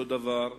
אותו הדבר,